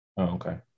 okay